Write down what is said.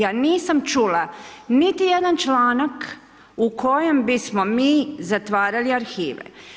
Ja nisam čula niti jedan članak u kojem bismo mi zatvarali arhive.